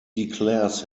declares